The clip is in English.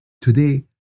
Today